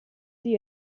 sie